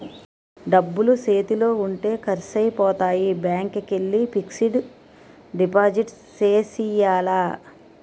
డబ్బులు సేతిలో ఉంటే ఖర్సైపోతాయి బ్యాంకికెల్లి ఫిక్సడు డిపాజిట్ సేసియ్యాల